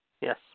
Yes